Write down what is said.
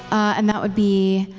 and that would be,